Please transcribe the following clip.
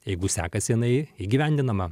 jeigu sekasi jinai įgyvendinama